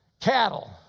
Cattle